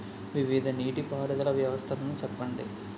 వివిధ నీటి పారుదల వ్యవస్థలను చెప్పండి?